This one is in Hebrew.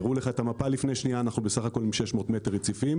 אנחנו בסך הכול עם 600,000 רציפים.